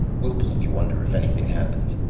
we'll pull you under if anything happens,